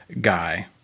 guy